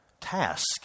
task